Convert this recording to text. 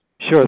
Sure